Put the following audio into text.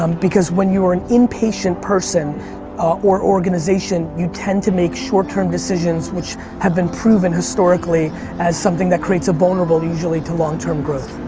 um because when you are and impatient person or organization, you tend to make short-term decisions which have been proven historically as something that creates a vulnerable usually to long-term growth.